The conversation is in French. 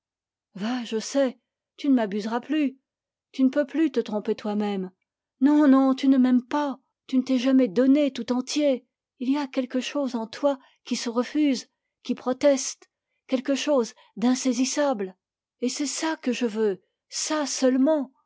va je sais tu ne m'abuseras plus tu ne peux plus te tromper toi-même non non tu ne m'aimes pas tu ne t'es jamais donné tout entier il y a quelque chose en toi qui se refuse qui proteste quelque chose d'insaisissable et c'est ça que je veux ça seulement